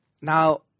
now